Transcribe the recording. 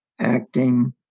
acting